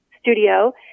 studio